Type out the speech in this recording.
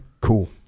cool